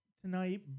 tonight